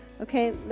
Okay